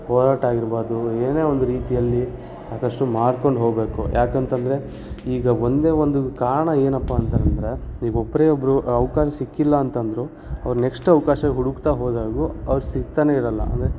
ಹೋರಾಟ ಆಗಿರ್ಬಾರ್ದು ಏನೇ ಒಂದು ರೀತಿಯಲ್ಲಿ ಸಾಕಷ್ಟು ಮಾಡ್ಕೊಂಡು ಹೋಗ್ಬೇಕು ಏಕಂತಂದ್ರೆ ಈಗ ಒಂದೇ ಒಂದು ಕಾರಣ ಏನಪ್ಪ ಅಂತಂದರೆ ಈಗ ಒಬ್ಬರೇ ಒಬ್ಬರು ಅವ್ಕಾಶ ಸಿಕ್ಕಿಲ್ಲ ಅಂತಂದ್ರೂ ಅವ್ರು ನೆಕ್ಶ್ಟ್ ಅವಕಾಶ ಹುಡುಕ್ತಾ ಹೋದಾಗ್ಲೂ ಅವ್ರ್ಗೆ ಸಿಗ್ತನೇ ಇರೋಲ್ಲ ಅಂದರೆ